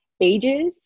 ages